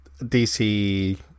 DC